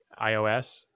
ios